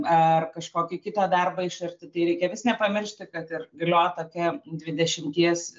ar kažkokį kitą darbą iš arti tai reikia vis nepamiršti kad ir galioja tokia dvidešimties